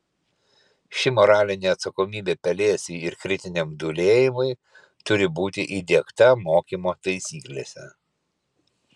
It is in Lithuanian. ši moralinė atsakomybė pelėsiui ir kritiniam dūlėjimui turi būti įdiegta mokymo taisyklėse